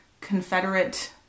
Confederate